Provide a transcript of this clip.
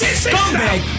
scumbag